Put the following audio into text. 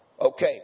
okay